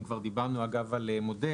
אם דיברנו על מודל,